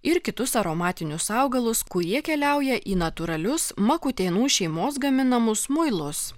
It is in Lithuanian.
ir kitus aromatinius augalus kurie keliauja į natūralius makutėnų šeimos gaminamus muilus